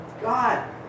God